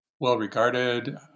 well-regarded